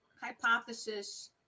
hypothesis